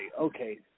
okay